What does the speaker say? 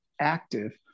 active